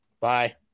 Bye